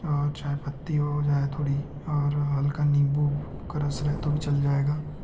और चाय पत्ती हो जाए थोड़ी और हल्का नीम्बू का रस रहे तो भी चल जाएगा